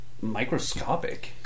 microscopic